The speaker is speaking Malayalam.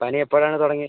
പനി എപ്പോഴാണ് തുടങ്ങിയത്